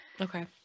Okay